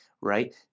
right